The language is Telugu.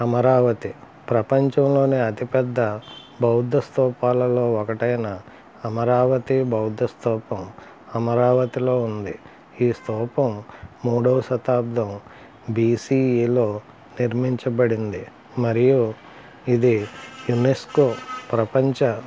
అమరావతి ప్రపంచంలోనే అతిపెద్ద బౌద్ధ స్తూపాలలో ఒకటైన అమరావతి బౌద్ధ స్తూపం అమరావతిలో ఉంది ఈ స్థూపం మూడో శతాబ్దం బీసీఈలో నిర్మించబడింది మరియు ఇది యునెస్కో ప్రపంచ